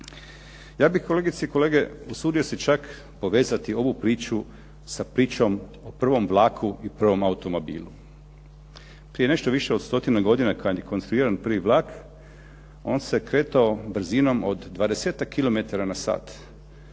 Ja bih kolegice i kolege usudio se čak povezati ovu priču sa pričom o prvom vlaku i prvom automobilu. Prije nešto više od stotinu godina kad je konstruiran prvi vlak on se kretao brzinom od 20-ak km na sat,